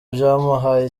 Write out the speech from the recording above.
byamuhaye